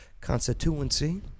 constituency